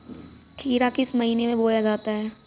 खीरा किस महीने में बोया जाता है?